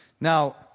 Now